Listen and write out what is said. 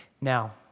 Now